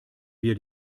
wir